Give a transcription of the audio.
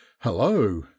Hello